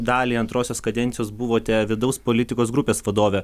dalį antrosios kadencijos buvote vidaus politikos grupės vadove